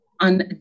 on